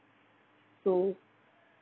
so